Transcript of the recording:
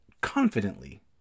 confidently